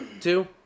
two